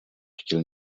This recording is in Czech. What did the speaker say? chtěl